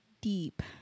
deep